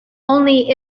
only